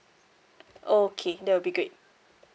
okay that will be great